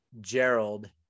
Gerald